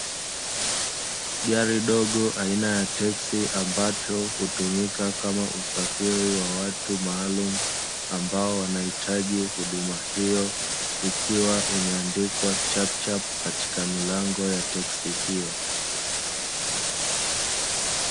Gari dogo aina ya teksi ambacho hutumika kama usafiri wa watu maalumu ambao wanahitaji huduma hiyo, ikiwa imeandikwa chapchap katika milango ya teksi hiyo.